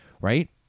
right